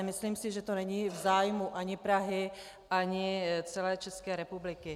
Myslím si, že to není v zájmu ani Prahy ani celé České republiky.